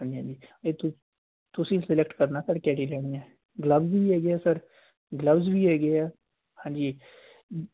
ਹਾਂਜੀ ਹਾਂਜੀ ਇਹ ਤੂੰ ਤੁਸੀਂ ਸਲੈਕਟ ਕਰਨਾ ਸਰ ਕਿਹੜੀ ਲੈਣੀ ਹੈ ਗਲਬਸ ਵੀ ਹੈਗੇ ਹੈ ਸਰ ਗਲਬਸ ਵੀ ਹੈਗੇ ਹੈ ਹਾਂਜੀ